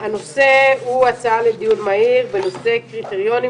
-הנושא הוא הצעה לדיון מהיר בנושא קריטריונים